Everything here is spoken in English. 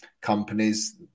companies